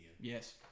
Yes